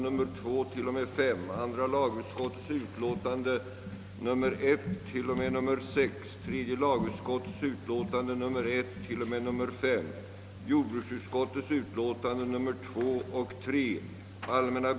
Från utlänningskommissionens sida har påpekats, att svårigheter kan uppstå genom kommissionens bristande möjligheter att sätta sig i direktkontakt med de människor som berörs.